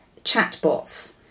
chatbots